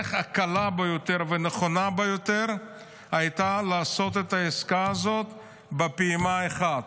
הדרך הקלה ביותר והנכונה ביותר הייתה לעשות את העסקה הזאת בפעימה אחת.